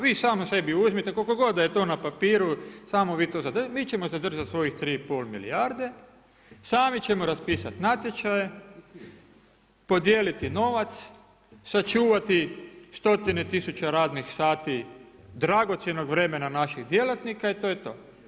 Vi samo sebi uzmite koliko god da je to na papiru samo vi to zadržite, mi ćemo se držati svojih 3 i pol milijarde, sami ćemo raspisati natječaje, podijeliti novac, sačuvati stotine tisuća radnih sati dragocjenog vremena naših djelatnika i to je to.